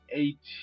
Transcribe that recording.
eight